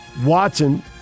Watson